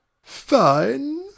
Fine